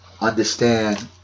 understand